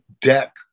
deck